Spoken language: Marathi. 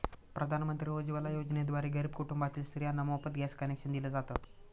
प्रधानमंत्री उज्वला योजनेद्वारे गरीब कुटुंबातील स्त्रियांना मोफत गॅस कनेक्शन दिल जात